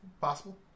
Possible